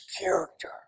character